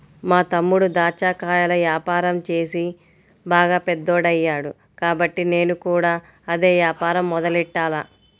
మా తమ్ముడు దాచ్చా కాయల యాపారం చేసి బాగా పెద్దోడయ్యాడు కాబట్టి నేను కూడా అదే యాపారం మొదలెట్టాల